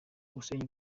gusenya